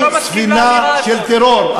לא, היא ספינה של טרור.